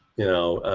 you know?